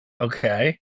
okay